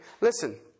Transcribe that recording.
Listen